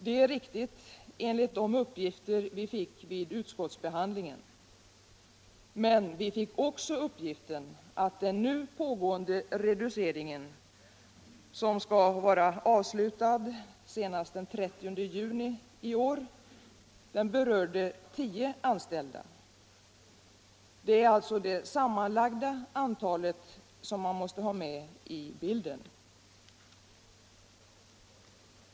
Det är riktigt enligt de uppgifter vi fick vid utskottsbehandlingen. Men vi fick också uppgiften att den nu pågående reduceringen, som skall vara avslutad senast den 30 juni i år, berörde tio anställda. Det är alltså det sammanlagda antalet som man måste ta hänsyn till.